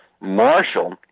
Marshall